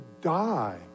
die